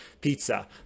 pizza